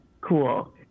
cool